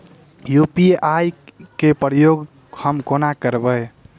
UPI केँ प्रयोग हम कोना करबे?